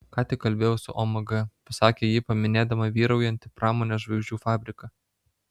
ką tik kalbėjau su omg pasakė ji paminėdama vyraujantį pramonės žvaigždžių fabriką